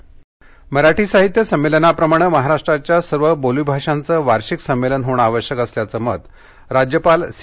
मराठी मराठी साहित्य संमेलनाप्रमाणे महाराष्ट्राच्या सर्व बोलीभाषांचं वार्षिक संमेलन होणे आवश्यक असल्याचं मत राज्यपाल सी